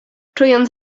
czując